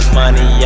money